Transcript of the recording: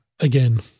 Again